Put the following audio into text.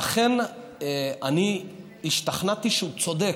ואכן, אני השתכנעתי שהוא צודק,